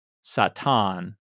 Satan